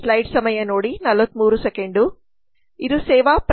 ಆದ್ದರಿಂದ ಇದು ಸೇವಾ ಪ್ರಕ್ರಿಯೆಯ ವಿನ್ಯಾಸ ಪಾಠ 19